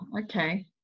okay